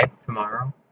tomorrow